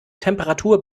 temperatur